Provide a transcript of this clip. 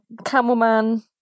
Camelman